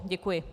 Děkuji.